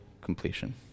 completion